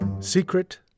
Secret